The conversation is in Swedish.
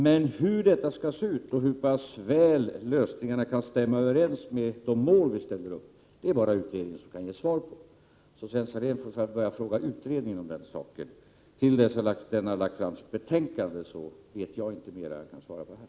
Men hur det skall se ut och hur pass väl lösningarna kan stämma överens med de mål som vi ställer upp, det kan bara utredningen ge svar på. Sven Salén får fråga utredningen om den saken. Till dess att den har lagt fram sitt betänkande vet jag inte mer än jag har svarat här.